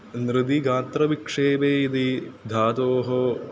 नृति गात्रविक्षेपे इति धातोः